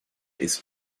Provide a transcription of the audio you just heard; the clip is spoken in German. ist